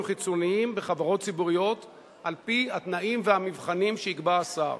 חיצוניים בחברות ציבוריות על-פי התנאים והמבחנים שיקבע השר.